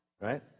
right